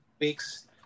week's